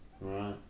right